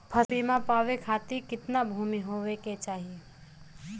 फ़सल बीमा पावे खाती कितना भूमि होवे के चाही?